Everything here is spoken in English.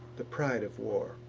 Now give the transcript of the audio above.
the pride of war.